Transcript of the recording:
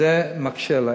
זה מקשה עלי.